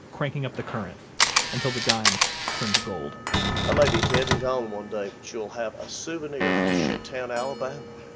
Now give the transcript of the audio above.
cranking up the current until the dime turns gold um i may be dead and gone one day, but you'll have a souvenir from shittown, alabama